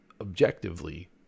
objectively